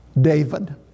David